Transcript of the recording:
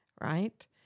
right